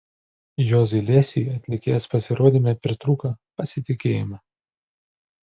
juozui liesiui atlikėjos pasirodyme pritrūko pasitikėjimo